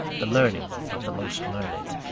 the learning of the most learned.